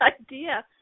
idea